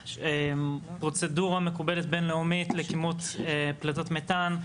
פרוצדורה מקובלת בין-לאומית לכימות פליטות מתאן,